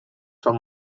són